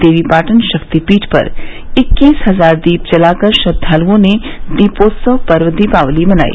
देवीपाटन शक्तिपीठ पर इक्कीस हजार दीप जलाकर श्रद्वालुओं ने दीपोत्सव पर्व दीपावली मनाई